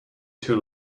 too